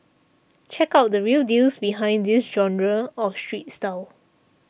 check out the 'real deals' behind this genre of street style